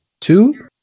Two